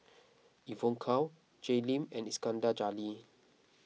Evon Kow Jay Lim and Iskandar Jalil